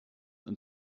und